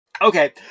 Okay